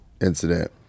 incident